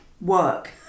work